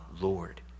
Lord